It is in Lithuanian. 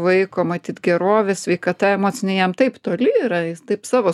vaiko matyt gerovė sveikata emocinė jam taip toli yra jis taip savo